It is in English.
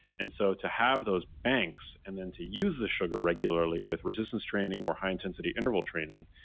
and so to have those banks, and then to use the sugar regularly with resistance training or high intensity interval training,